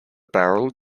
barrel